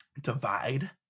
divide